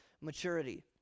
maturity